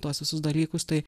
tuos visus dalykus tai